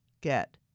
Get